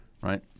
Right